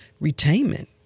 retainment